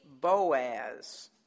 Boaz